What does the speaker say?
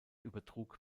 übertrug